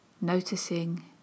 noticing